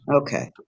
Okay